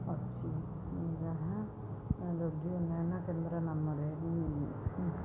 ଅଛି ଯାହା ରୋଗୀ ଉନ୍ନୟନ କେନ୍ଦ୍ର ନାମରେ ହିଁ